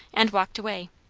and walked away.